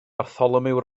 bartholomew